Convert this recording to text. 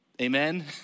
Amen